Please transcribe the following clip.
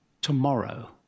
tomorrow